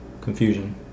confusion